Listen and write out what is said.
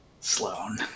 Sloane